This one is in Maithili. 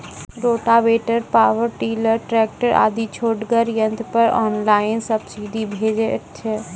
रोटावेटर, पावर टिलर, ट्रेकटर आदि छोटगर यंत्र पर ऑनलाइन सब्सिडी भेटैत छै?